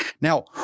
Now